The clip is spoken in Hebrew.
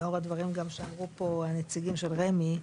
לאור הדברים גם שהעלו פה נציגים של רמ"י,